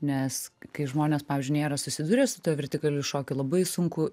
nes kai žmonės pavyzdžiui nėra susidūrę su tuo vertikaliu šokiu labai sunku